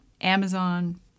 Amazon